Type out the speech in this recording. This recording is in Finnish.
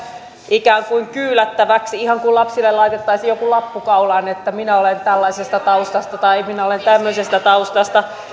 ikään kuin kyylättäväksi ihan kuin lapsille laitettaisiin joku lappu kaulaan että minä olen tällaisesta taustasta tai minä olen tämmöisestä taustasta